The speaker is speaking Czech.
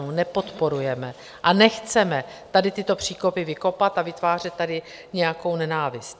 Nepodporujeme a nechceme tady tyto příkopy vykopat a vytvářet tady nějakou nenávist.